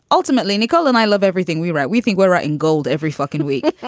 ultimately, nicole and i love everything we write. we think we're right in gold every fucking week.